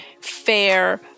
fair